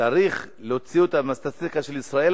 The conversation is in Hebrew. צריך להוציא אותם מהסטטיסטיקה של ישראל,